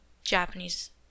Japanese